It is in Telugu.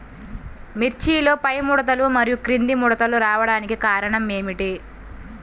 మిర్చిలో పైముడతలు మరియు క్రింది ముడతలు రావడానికి కారణం ఏమిటి?